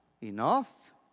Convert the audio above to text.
Enough